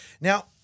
Now